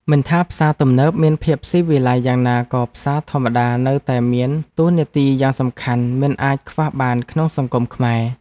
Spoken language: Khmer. មិនថាផ្សារទំនើបមានភាពស៊ីវិល័យយ៉ាងណាក៏ផ្សារធម្មតានៅតែមានតួនាទីយ៉ាងសំខាន់មិនអាចខ្វះបានក្នុងសង្គមខ្មែរ។